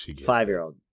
Five-year-old